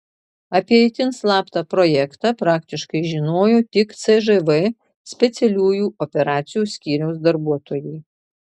apie itin slaptą projektą praktiškai žinojo tik cžv specialiųjų operacijų skyriaus darbuotojai